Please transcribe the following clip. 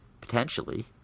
potentially